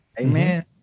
amen